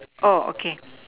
oh okay